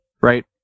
right